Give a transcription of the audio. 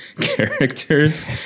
characters